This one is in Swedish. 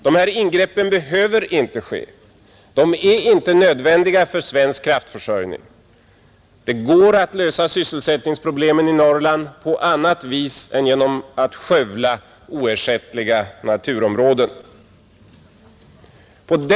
De här ingreppen behöver inte ske; de är inte nödvändiga för svensk kraftförsörjning. Det går att lösa sysselsättningsproblemen i Norrland på annat vis än genom att skövla oersättliga naturområden.